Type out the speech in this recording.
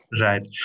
Right